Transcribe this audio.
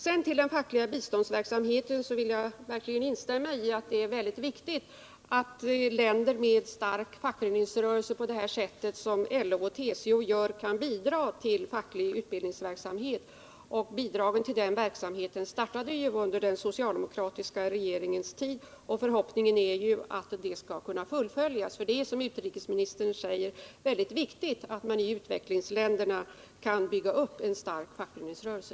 Beträffande den fackliga biståndsverksamheten vill jag verkligen instämma i att det är mycket viktigt att länder med en stark fackföreningsrörelse på LO:s och TCO:s sätt kan bidra till facklig utbildningsverksamhet. Hjälpen till denna verksamhet började ju under den socialdemokratiska regeringens tid. Förhoppningen är att denna hjälp skall kunna fullföljas, ty det är, som utrikesministern sade, mycket viktigt att man i utvecklingsländerna kan bygga upp en stark fackföreningsrörelse.